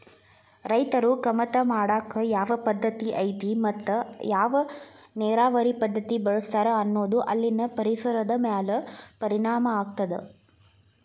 ರೈತರು ಕಮತಾ ಮಾಡಾಕ ಯಾವ ಪದ್ದತಿ ಐತಿ ಮತ್ತ ಯಾವ ನೇರಾವರಿ ಪದ್ಧತಿ ಬಳಸ್ತಾರ ಅನ್ನೋದು ಅಲ್ಲಿನ ಪರಿಸರದ ಮ್ಯಾಲ ಪರಿಣಾಮ ಆಗ್ತದ